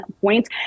points